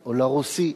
או לרוסי.